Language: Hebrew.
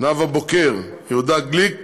נאוה בוקר, יהודה גליק